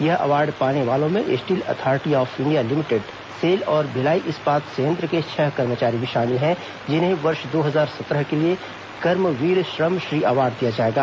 यह अवार्ड पाने वालों में steel authority of India limited SAIL और भिलाई इस्पात संयंत्र के छह कर्मचारी भी शामिल हैं जिन्हें वर्ष दो हजार सत्रह के लिए कर्मवीर श्रम श्री अवार्ड दिया जाएगा